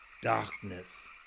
darkness